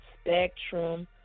Spectrum